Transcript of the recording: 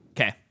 Okay